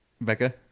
Becca